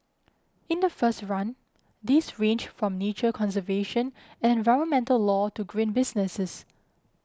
in the first run these ranged from nature conservation and environmental law to green businesses